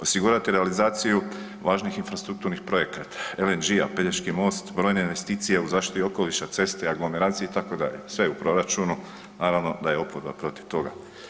Osigurati realizaciju važnih infrastrukturnih projekata LNG-a, Pelješki most, brojne investicije u zaštiti okoliša, ceste, aglomeracije itd. sve je u proračunu, naravno da je oporba protiv toga.